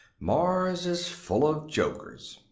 mars is full of jokers.